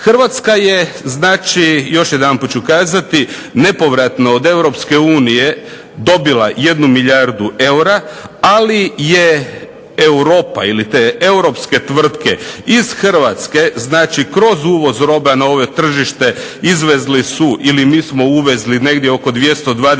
Hrvatska je znači, još jedanput ću kazati, nepovratno od Europske unije dobila 1 milijardu eura ali je Europa ili te europske tvrtke iz Hrvatske, znači kroz uvoz roba na ovo tržište izvezli su ili mi smo uvezli negdje oko 220